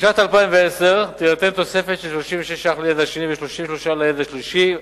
בשנת 2010 תינתן תוספת של 36 שקל לילד השני ו-33 שקל לילד השלישי.